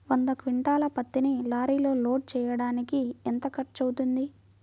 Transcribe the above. వంద క్వింటాళ్ల పత్తిని లారీలో లోడ్ చేయడానికి ఎంత ఖర్చవుతుంది?